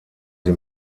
sie